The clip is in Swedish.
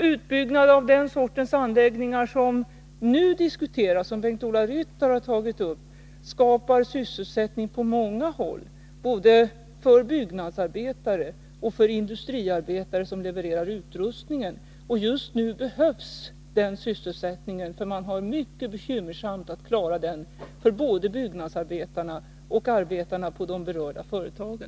Utbyggnad av den sortens anläggningar som nu diskuteras och som Bengt-Ola Ryttar har tagit upp skapar sysselsättning på många håll, både för byggnadsarbetare och för industriarbetare som levererar utrustningen. Just nu behövs den sysselsättningen, därför att man har det mycket bekymmersamt när det gäller att klara den för både byggnadsarbetarna och arbetarna i de berörda företagen.